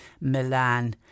Milan